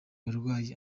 barwayi